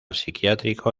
psiquiátrico